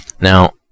Now